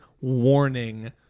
warning